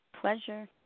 Pleasure